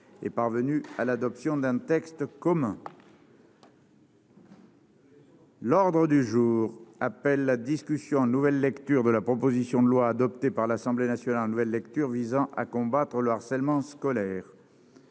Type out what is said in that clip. est parvenue à l'adoption d'un texte commun. L'ordre du jour appelle la discussion en nouvelle lecture de la proposition de loi, adoptée par l'Assemblée nationale en nouvelle lecture, visant à combattre le harcèlement scolaire